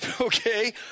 okay